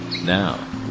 Now